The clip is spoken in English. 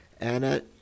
Anna